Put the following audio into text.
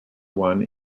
one